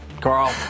Carl